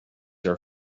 are